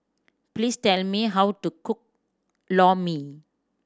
please tell me how to cook Lor Mee